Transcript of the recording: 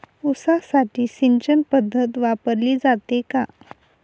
ऊसासाठी सिंचन पद्धत वापरली जाते का?